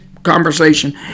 conversation